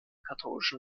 katholischen